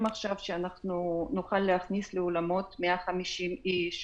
שאנחנו נוכל להכניס לאולמות לא יותר מ-150 איש,